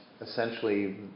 essentially